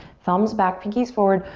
thumbs back, pinkies forward.